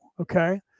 okay